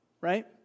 Right